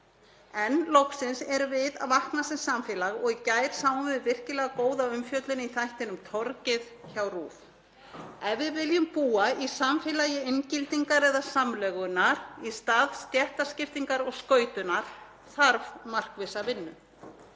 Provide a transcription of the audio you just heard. En loksins erum við að vakna sem samfélag og í gær sáum við virkilega góða umfjöllun í þættinum Torgið hjá RÚV. Ef við viljum búa í samfélagi inngildingar eða samlögunar í stað stéttaskiptingar og skautunar þarf markvissa vinnu.